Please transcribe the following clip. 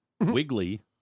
Wiggly